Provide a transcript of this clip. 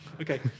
Okay